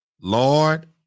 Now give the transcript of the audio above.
Lord